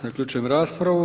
Zaključujem raspravu.